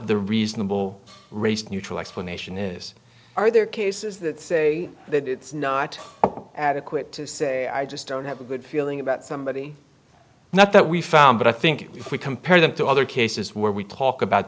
the reasonable race neutral explanation is are there cases that say that it's not adequate i just don't have a good feeling about somebody not that we found but i think if we compare them to other cases where we talk about